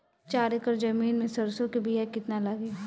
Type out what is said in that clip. चार एकड़ जमीन में सरसों के बीया कितना लागी?